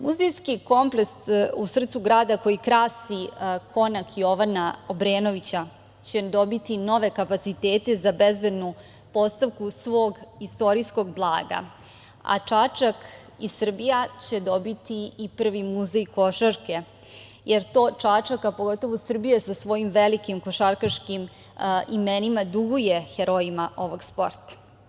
Muzejski kompleks u srcu grada koji krasi konak Jovana Obrenovića će dobiti nove kapacitete za bezbednu postavku svog istorijskog blaga, a Čačak i Srbija će dobiti i prvi muzej košarke, jer to Čačak, a pogotovo Srbija sa svojim velikim košarkaškim imenima duguje herojima ovog sporta.